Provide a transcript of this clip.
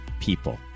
people